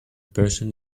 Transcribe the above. person